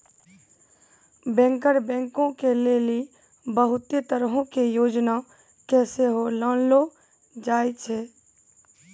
banker बैंको के लेली बहुते तरहो के योजना के सेहो लानलो जाय छै